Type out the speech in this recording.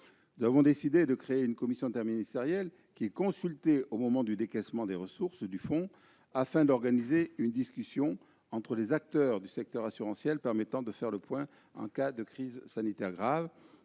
Nous avons décidé de créer une commission interministérielle, qui est consultée au moment du décaissement des ressources du fonds et qui a pour vocation d'organiser une discussion entre les acteurs du secteur assurantiel pour faire le point en cas de crise sanitaire grave.